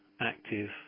active